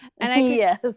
Yes